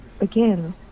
again